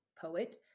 poet